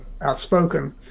outspoken